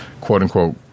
quote-unquote